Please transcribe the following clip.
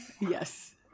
yes